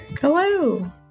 hello